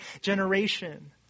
generation